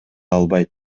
албайт